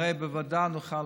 אבל הרי אמרתי שבוועדה נוכל